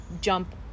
jump